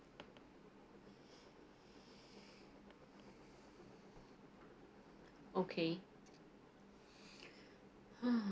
okay !huh!